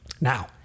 Now